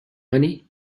money